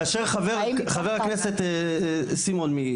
כאשר חבר הכנסת סימון,